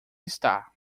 está